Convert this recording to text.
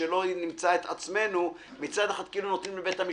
שלא נמצא את עצמנו מצד אחד כאילו נותנים את הסמכות לבית המשפט,